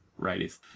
righties